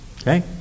Okay